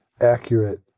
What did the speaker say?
accurate